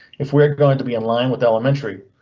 if we're going to be in line with elementary,